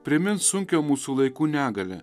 primins sunkią mūsų laikų negalią